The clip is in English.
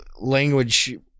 language